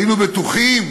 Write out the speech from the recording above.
היינו בטוחים,